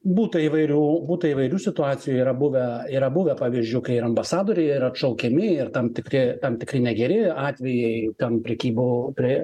būta įvairių būta įvairių situacijų yra buvę yra buvę pavyzdžių kai ir ambasadoriai yra atšaukiami ir tam tikri tam tikri negeri atvejai ten prekybo prie